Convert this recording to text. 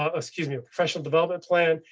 ah excuse me, a professional development plan.